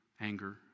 anger